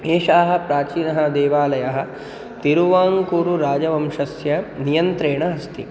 एषः प्राचीनः देवालयः तिरुवाङ्कूरुराजवंशस्य नियन्त्रणे अस्ति